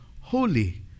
holy